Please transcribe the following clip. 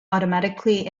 automatically